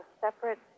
separate